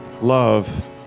love